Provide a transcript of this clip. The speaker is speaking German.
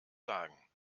sagen